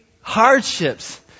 hardships